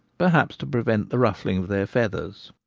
perhaps to prevent the ruffling of their feathers.